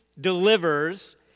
delivers